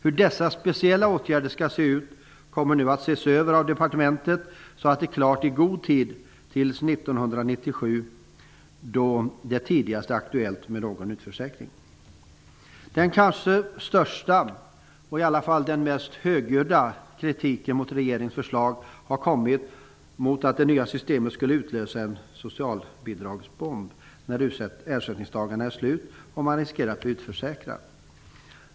Hur dessa speciella åtgärder skall se ut kommer nu att ses över av departementet, så att det är klart i god tid till 1997, då det tidigast är aktuellt med någon utförsäkring. Den kanske största och i alla fall den mest högljudda kritiken mot regeringens förslag har kommit mot att det nya systemet skulle utlösa en socialbidragsbomb när ersättningsdagarna är slut och man riskerar att bli utförsäkrad.